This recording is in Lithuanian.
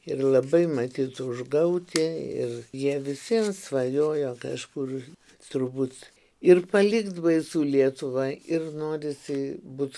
ir labai matyt užgauti ir jie vis vien svajojo kažkur turbūt ir palikt baisu lietuvą ir norisi būt